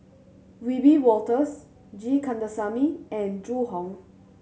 Wiebe Wolters G Kandasamy and Zhu Hong